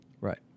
Right